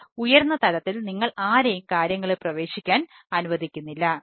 എന്നാൽ ഉയർന്ന തലത്തിൽ നിങ്ങൾ ആരെയും കാര്യങ്ങളിൽ പ്രവേശിക്കാൻ അനുവദിക്കുന്നില്ല